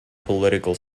political